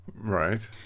Right